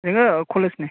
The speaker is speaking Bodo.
ओरैनो कलेज नि